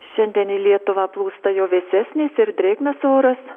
šiandien į lietuvą plūsta jau vėsesnis ir drėgnas oras